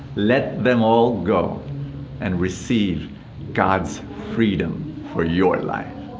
let them all go and receive god's freedom for your life.